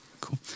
Cool